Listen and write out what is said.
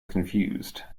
confused